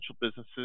businesses